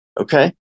Okay